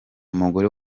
umugore